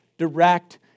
Direct